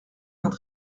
vingt